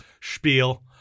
spiel